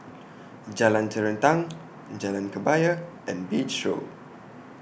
Jalan Terentang Jalan Kebaya and Beach Road